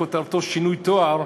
שכותרתו "שינוי תואר",